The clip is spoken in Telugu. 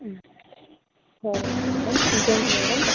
సరే మ్యాడం ఇంకేంటి మ్యాడం